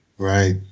Right